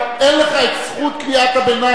אין לך את זכות קריאת הביניים.